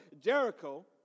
Jericho